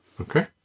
Okay